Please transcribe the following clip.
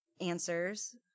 answers